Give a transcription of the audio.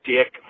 Dick